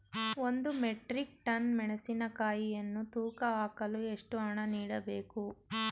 ಒಂದು metric ton ಮೆಣಸಿನಕಾಯಿಯನ್ನು ತೂಕ ಹಾಕಲು ಎಷ್ಟು ಹಣ ನೀಡಬೇಕು?